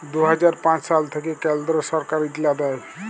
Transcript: দু হাজার পাঁচ সাল থ্যাইকে কেলদ্র ছরকার ইগলা দেয়